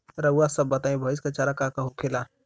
रउआ सभ बताई भईस क चारा का का होखेला?